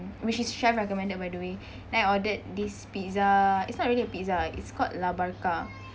which is chef recommended by the way then I ordered this pizza it's not really a pizza lah is called la barca